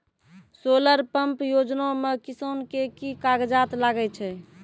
Solar pump योजना म किसान के की कागजात लागै छै?